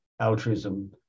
altruism